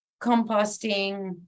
composting